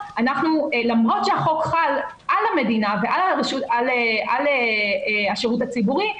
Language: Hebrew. למרות שהחוק חל על המדינה ועל השירות הציבורי,